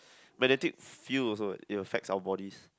magnetic field also eh it affects our bodies